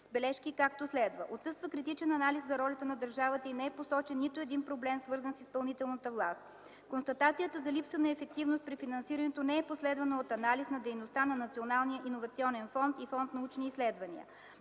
с бележки, както следва: Отсъства критичен анализ за ролята на държавата и не е посочен нито един проблем, свързан с изпълнителната власт. Констатацията за липса на ефективност при финансирането не е последвана от анализ на дейността на Националния иновационен фонд и фонд „Научни изследвания”.